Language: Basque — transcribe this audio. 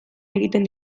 egiten